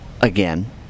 again